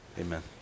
amen